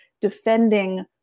defending